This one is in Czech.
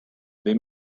dej